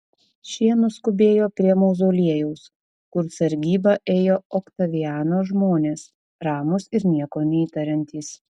šie nuskubėjo prie mauzoliejaus kur sargybą ėjo oktaviano žmonės ramūs ir nieko neįtariantys